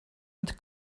met